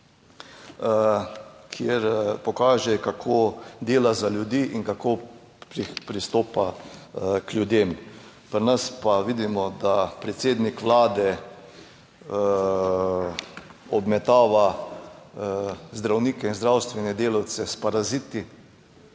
kjer pokaže, kako dela za ljudi in kako pristopa k ljudem. Pri nas pa vidimo, da predsednik vlade obmetava zdravnike in zdravstvene delavce s paraziti,